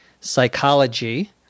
Psychology